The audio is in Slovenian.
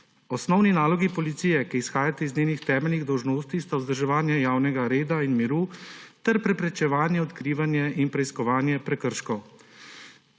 Osnovni nalogi policije, ki izhajata iz njenih temeljnih dolžnosti, sta vzdrževanje javnega reda in miru ter preprečevanje, odkrivanje in preiskovanje prekrškov.